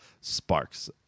sparks